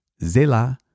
Zela